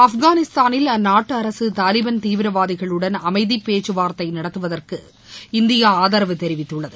ஆப்கானிஸ்தானில் அந்நாட்டு அரசு தாலிபான் தீவிரவாதிகளுடன் அமைதி பேச்சுவார்த்தை நடத்துவதற்கு இந்தியா ஆதரவு தெரிவித்துள்ளது